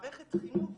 מערכת חינוך,